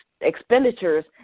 expenditures